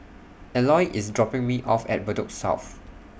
Eloy IS dropping Me off At Bedok South